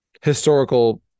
historical